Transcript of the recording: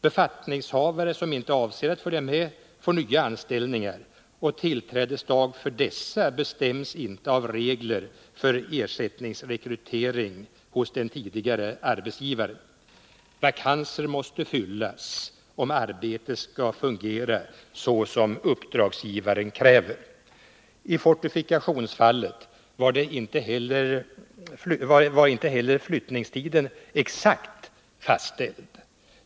Befattningshavare som inte avser att följa med får nya anställningar, och tillträdesdagen för dessa bestäms inte av regler för ersättningsrekrytering hos den tidigare arbetsgivaren. Vakanser måste fyllas, om arbetet skall fungera såsom uppdragsgivaren kräver. I fallet med fortifikationsförvaltningen var inte heller flyttningstiden exakt fastställd.